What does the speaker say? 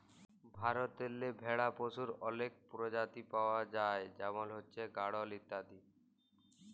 ভারতেল্লে ভেড়া পশুর অলেক পরজাতি পাউয়া যায় যেমল হছে গাঢ়ল ইত্যাদি